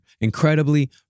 Incredibly